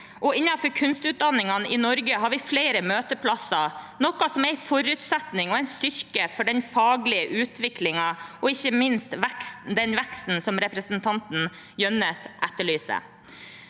Innenfor kunstutdanningene i Norge har vi flere møteplasser, noe som er en forutsetning og en styrke for den faglige utviklingen og ikke minst den veksten som representanten Jønnes etterly